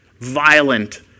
violent